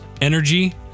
energy